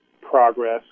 progress